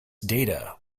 data